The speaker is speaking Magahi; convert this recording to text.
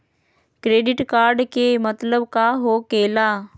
क्रेडिट कार्ड के मतलब का होकेला?